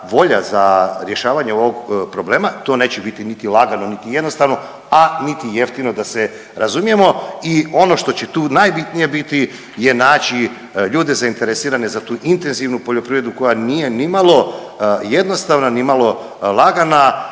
volja za rješavanjem ovog problema. To neće biti niti lagano, niti jednostavno, a niti jeftino da se razumijemo i ono što će tu najbitnije biti je naći ljude zainteresirane za tu intenzivnu poljoprivredu koja nije ni malo jednostavna, ni malo lagana